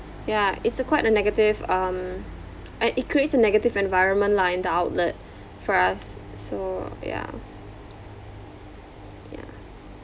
ya it's a quite a negative um I it creates a negative environment lah in the outlet for us so yeah yeah